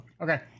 Okay